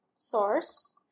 source